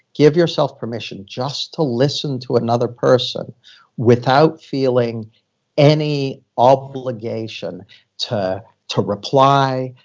give yourself permission just to listen to another person without feeling any obligation to to reply,